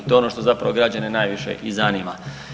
To je ono što zapravo građane najviše i zanima.